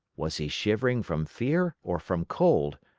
was he shivering from fear or from cold?